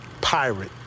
pirate